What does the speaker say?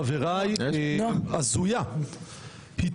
חבריי,